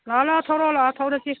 ꯂꯥꯛꯑꯣ ꯂꯥꯛꯑꯣ ꯊꯧꯔꯛꯑꯣ ꯂꯥꯛꯑꯣ ꯊꯧꯔꯁꯤ